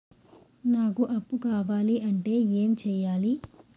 నాకు అప్పు కావాలి అంటే ఎం చేయాలి?